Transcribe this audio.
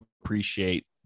appreciate